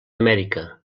amèrica